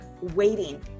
waiting